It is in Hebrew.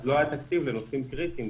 אז לא היה תקציב לנושאים קריטיים,